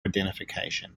identification